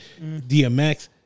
DMX